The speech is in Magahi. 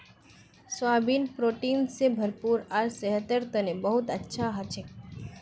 सोयाबीन प्रोटीन स भरपूर आर सेहतेर तने बहुत अच्छा हछेक